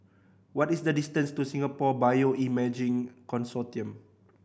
what is the distance to Singapore Bioimaging Consortium